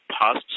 past